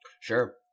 Sure